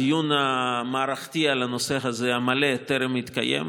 הדיון המערכתי המלא על הנושא הזה טרם התקיים,